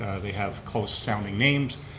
they have close-sounding names,